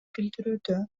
билдирүүдө